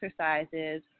exercises